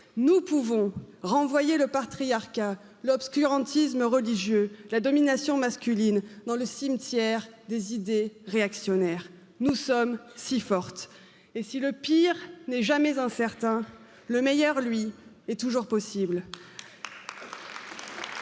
nous pouvons renvoyer le patriarcat, l'obscurantisme religieux, la domination masculine dans le cimetière des idées réactionnaires nous sommes si forts et si le pire n'est jamais incertain le meilleur lui est toujours possible